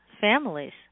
families